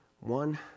one